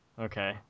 Okay